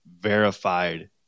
verified